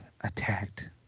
Attacked